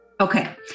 Okay